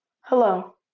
Hello